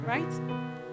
right